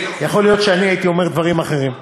יכול להיות שאני הייתי אומר דברים אחרים,